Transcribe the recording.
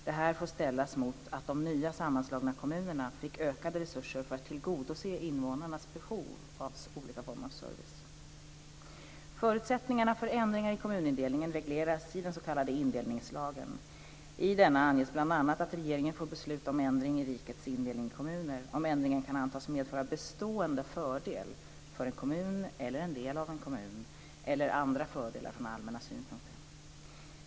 Detta får ställas mot att de nya sammanslagna kommunerna fick ökade resurser för att tillgodose invånarnas behov av service. Förutsättningarna för ändringar i kommunindelningen regleras i den s.k. indelningslagen. I denna anges bl.a. att regeringen får besluta om ändring i rikets indelning i kommuner om ändringen kan antas medföra bestående fördel för en kommun eller en del av en kommun eller andra fördelar från allmänna synpunkter.